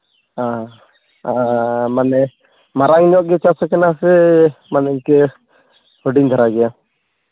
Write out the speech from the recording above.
ᱦᱮᱸ ᱟᱨ ᱢᱟᱱᱮ ᱢᱟᱨᱟᱝ ᱧᱚᱜ ᱜᱮ ᱪᱟᱥᱟᱠᱟᱱᱟ ᱥᱮ ᱢᱟᱱᱮ ᱤᱝᱠᱟᱹ ᱦᱩᱰᱤᱧ ᱫᱷᱟᱨᱟ ᱜᱮᱭᱟ